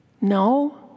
no